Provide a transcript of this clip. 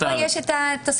איפה יש את התוספת?